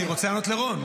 אני רוצה לענות לרון,